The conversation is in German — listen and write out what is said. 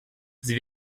sie